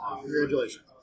congratulations